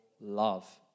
love